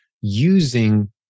using